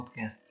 podcast